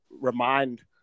remind